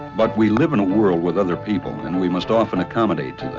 but we live in a world with other people, and we must often accommodate